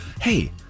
hey